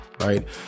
right